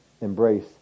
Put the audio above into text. embrace